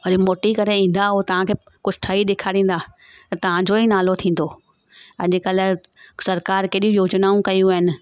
वरी मोटी करे ईंदा ऐं तव्हांखे कुझु ठई ॾेखारींदा त तव्हांजो ई नालो थींदो अॼुकल्ह सरकारि केॾियूं योजनाऊं कयूं आहिनि